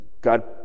God